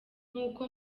nkuko